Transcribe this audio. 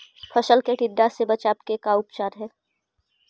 फ़सल के टिड्डा से बचाव के का उपचार है?